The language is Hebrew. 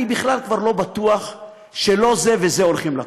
אני כבר בכלל לא בטוח שלא זה וזה הולכים לקום.